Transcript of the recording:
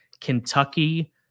Kentucky